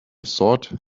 thought